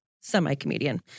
semi-comedian